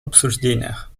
обсуждениях